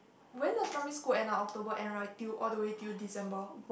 when does primary school end ah October end right till all the way till December